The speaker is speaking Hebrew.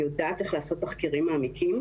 אני יודעת איך לעשות תחקירים מעמיקים,